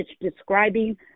describing